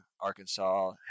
Arkansas